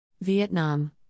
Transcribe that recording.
Vietnam